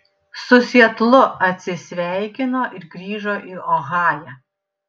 su sietlu atsisveikino ir grįžo į ohają